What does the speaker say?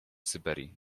syberii